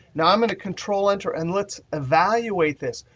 now i'm going to control-enter and let's evaluate this.